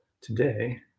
today